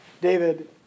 David